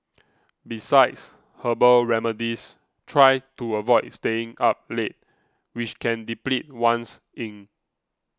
besides herbal remedies try to avoid staying up late which can deplete one's yin